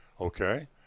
Okay